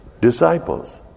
disciples